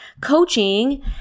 Coaching